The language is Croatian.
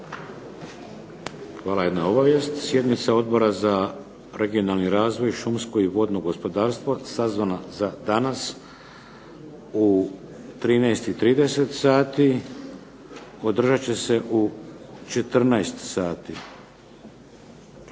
Hvala. Jedna obavijest, sjednica Odbora za regionalni razvoj, šumsko i vodno gospodarstvo sazvano za danas u 13 i 30 sati održat će se u 14 sati